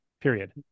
period